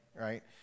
right